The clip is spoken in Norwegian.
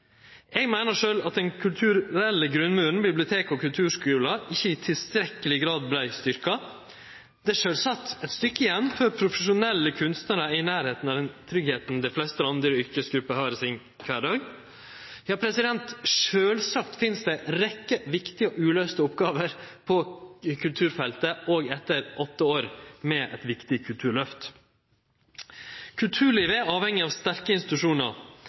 Eg meiner sjølv at den kulturelle grunnmuren – bibliotek og kulturskular – ikkje i tilstrekkeleg grad vart styrkt. Det er sjølvsagt eit stykke igjen før profesjonelle kunstnarar er i nærleiken av den tryggleiken dei fleste andre yrkesgrupper har i sin kvardag. Ja, sjølvsagt finst det ei rekkje viktige og uløyste oppgåver på kulturfeltet òg etter åtte år med eit viktig kulturløft. Kulturlivet er avhengig av sterke institusjonar,